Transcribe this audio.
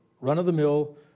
run-of-the-mill